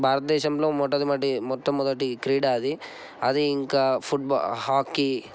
భారతదేశంలో మొటమొదటి మొట్టమొదటి క్రీడా అది ఇంకా ఫుడ్బా హాకీ